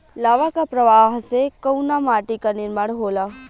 लावा क प्रवाह से कउना माटी क निर्माण होला?